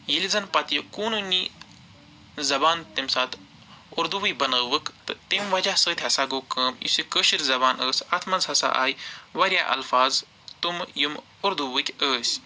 ییٚلہِ زَن پَتہٕ یہِ قٲنوٗنی زبان تَمہِ ساتہٕ اُردوے بَنٲؤکھ تہٕ تَمہِ وجہہ سۭتۍ ہسا گوٚو کٲم یُس یہِ کٲشِر زَبان ٲسۍ اَتھ منٛز ہسا آیہِ واریاہ اَلفظ تٔمہٕ یِم اُردوٗؤکۍ ٲسۍ